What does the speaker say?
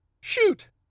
shoot